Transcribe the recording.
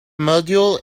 module